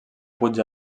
puig